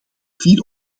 vier